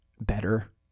better